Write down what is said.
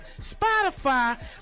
Spotify